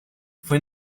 fue